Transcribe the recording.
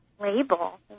label